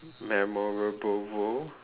memorable world